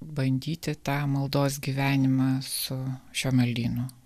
bandyti tą maldos gyvenimą su šiuo maldynu